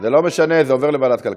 זה לא משנה, זה עובר לוועדת הכלכלה.